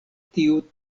tiu